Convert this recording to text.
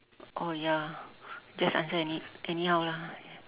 oh ya just answer any~ anyhow lah